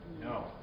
No